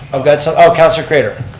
i've got some. oh councilor craitor.